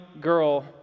girl